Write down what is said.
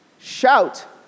shout